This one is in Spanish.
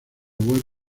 web